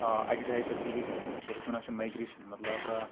اَکہِ جایہ پٮ۪ٹھ بیٚکہِ جایہ یَتھ أسۍ وَنان چھِ مایٚگریشَن مطلب